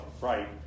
right